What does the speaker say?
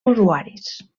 usuaris